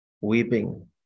weeping